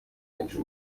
nyinshi